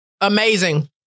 amazing